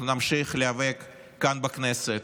אנחנו נמשיך להיאבק כאן בכנסת.